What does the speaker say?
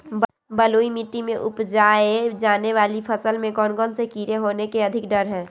बलुई मिट्टी में उपजाय जाने वाली फसल में कौन कौन से कीड़े होने के अधिक डर हैं?